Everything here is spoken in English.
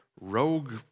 Rogue